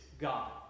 God